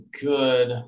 good